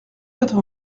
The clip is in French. quatre